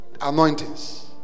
anointings